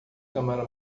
câmara